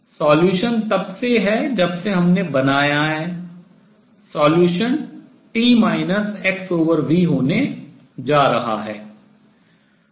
हल तब से है जब से हमने बनाया है हल t xv होने जा रहा है